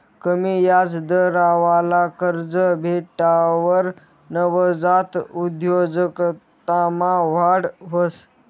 कमी याजदरवाला कर्ज भेटावर नवजात उद्योजकतामा वाढ व्हस